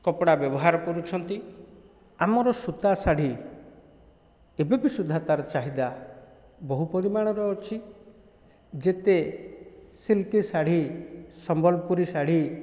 କପଡ଼ା ବ୍ୟବହାର କରୁଛନ୍ତି ଆମର ସୂତା ଶାଢ଼ୀ ଏବେ ବି ସୁଧା ତାର ଚାହିଦା ବହୁ ପରିମାଣର ଅଛି ଯେତେ ସିଲ୍କି ଶାଢ଼ୀ ସମ୍ବଲପୁରୀ ଶାଢ଼ୀ